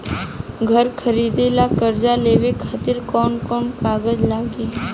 घर खरीदे ला कर्जा लेवे खातिर कौन कौन कागज लागी?